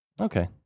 Okay